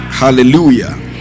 hallelujah